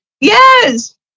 yes